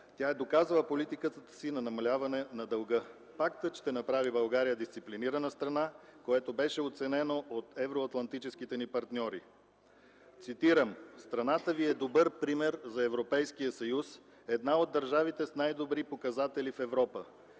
Тя е доказала политиката си на намаляване на дълга. Пактът ще направи България дисциплинирана страна, което беше оценено от евроатлантическите ни партньори. Цитирам: „Страната ви е добър пример за Европейския съюз, една от държавите с най-добри показатели в Европа”.